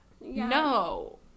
No